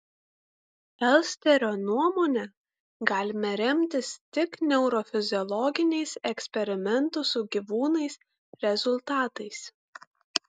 elsterio nuomone galime remtis tik neurofiziologiniais eksperimentų su gyvūnais rezultatais